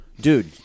dude